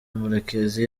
murekezi